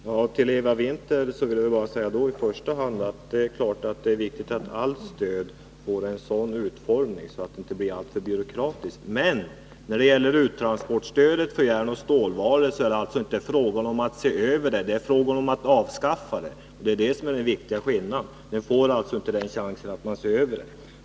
Herr talman! Till Eva Winther vill jag i första hand säga att det naturligtvis är viktigt att allt stöd får sådan utformning att det inte blir alltför byråkratiskt. Men när det gäller uttransportstödet för järnoch stålvaror är det alltså inte fråga om att se över stödet utan om att avskaffa det. Den viktiga skillnaden är att vi inte får chansen att se över stödet.